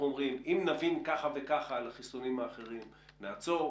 אומרים: אם נבין ככה וככה על החיסונים האחרים נעצור,